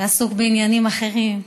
שעסוק בעניינים אחרים.